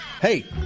hey